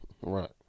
Right